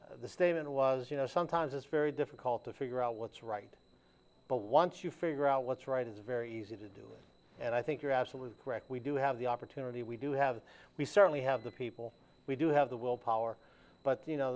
but the statement was you know sometimes it's very difficult to figure out what's right but once you figure out what's right it's very easy to do and i think you're absolutely correct we do have the opportunity we do have we certainly have the people we do have the willpower but you know